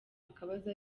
akabazo